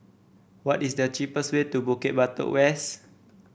what is the cheapest way to Bukit Batok West